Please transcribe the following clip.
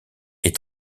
est